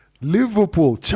Liverpool